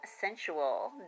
sensual